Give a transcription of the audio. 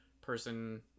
person